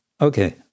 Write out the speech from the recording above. Okay